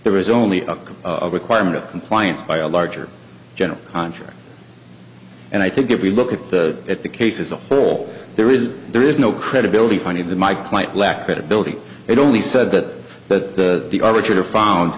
there is only a requirement of compliance by a larger general contractor and i think if we look at the at the cases a whole there is there is no credibility funny that my quite lack credibility it only said that that the origin of found